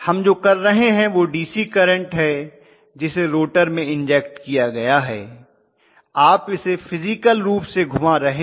हम जो कर रहे हैं वह डीसी करंट है जिसे रोटर में इंजेक्ट किया गया है आप इसे फिज़िकल रूप से घुमा रहे हैं